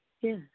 Yes